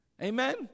Amen